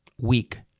weak